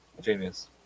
genius